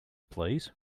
please